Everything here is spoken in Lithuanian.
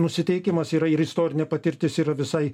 nusiteikiamas yra ir istorinė patirtis yra visai